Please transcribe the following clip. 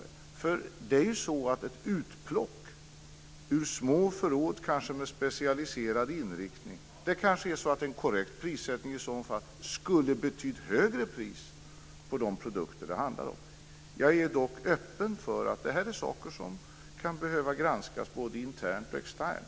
En korrekt prissättning vid ett utplock ur små förråd med specialiserad inriktning kanske skulle ha betytt högre pris på de produkter som det handlar om. Jag är dock öppen för att detta är saker som kan behöva granskas både internt och externt.